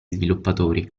sviluppatori